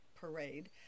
parade